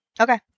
Okay